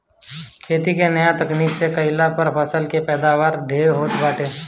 खेती के नया तकनीकी से कईला पअ फसल के पैदावार ढेर होत बाटे